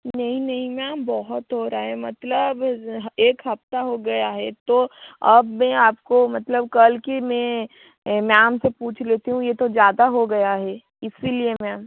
नहीं नहीं मैम बहुत हो रहा है मतलब एक हफ़्ता हो गया है तो अब मैं आपको मतलब कल की मैं मैम से पूछ लेती हूँ ये तो ज़्यादा हो गया हे इसी लिए मैम